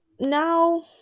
now